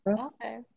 Okay